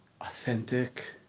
authentic